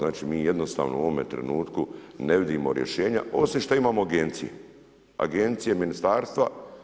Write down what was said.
Znači mi jednostavno u ovome trenutku ne vidimo rješenja osim što imamo agencije, agencije ministarstva.